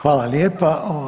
Hvala lijepa.